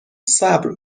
صبر